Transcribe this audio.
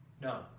no